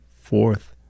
fourth